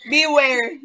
Beware